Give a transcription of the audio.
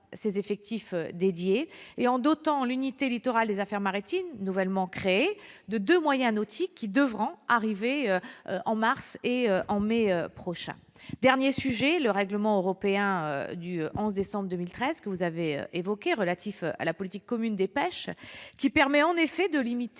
ses effectifs dédiés et en dotant l'unité littorale des affaires maritimes, nouvellement créée, de deux moyens nautiques qui devront arriver en mars et en mai prochain. Enfin, le règlement européen du 11 décembre 2013 relatif à la politique commune des pêches, que vous avez évoqué, permet en effet de limiter